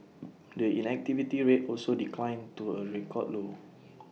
the inactivity rate also declined to A record low